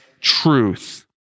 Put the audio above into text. truth